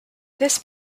this